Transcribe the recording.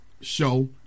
show